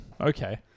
Okay